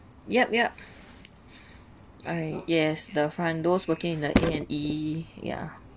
yep yep I yes the front those working in the A&E yeah